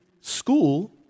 school